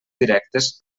directes